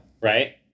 Right